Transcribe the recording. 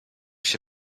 się